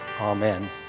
Amen